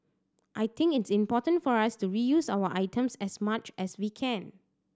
I think it's important for us to reuse our items as much as we can